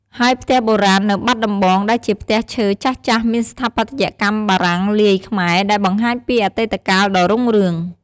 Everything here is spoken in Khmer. ហើយផ្ទះបុរាណនៅបាត់ដំបង ដែលជាផ្ទះឈើចាស់ៗមានស្ថាបត្យកម្មបារាំងលាយខ្មែរ ដែលបង្ហាញពីអតីតកាលដ៏រុងរឿង។